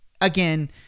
again